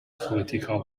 political